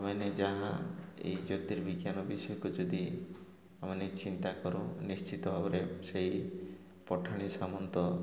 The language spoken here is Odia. ଆମେ ମାନେ ଯାହା ଏଇ ଜ୍ୟୋତିର୍ବିଜ୍ଞାନ ବିଷୟକୁ ଯଦି ଆମେ ମାନେ ଚିନ୍ତା କରୁ ନିଶ୍ଚିତ ଭାବରେ ସେଇ ପଠାଣି ସାମନ୍ତ